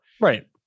Right